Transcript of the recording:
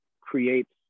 creates